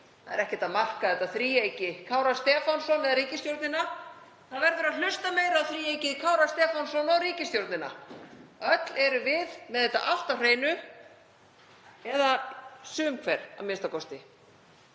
Það er ekkert að marka þetta þríeyki, Kára Stefánsson eða ríkisstjórnina. Það verður að hlusta meira á þríeykið, Kára Stefánsson og ríkisstjórnina. Öll erum við með þetta allt á hreinu eða sum hver, a.m.k.